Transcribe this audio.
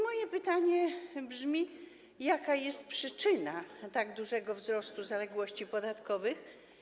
Moje pytanie brzmi: Jaka jest przyczyna tak dużego wzrostu zaległości podatkowych?